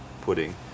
pudding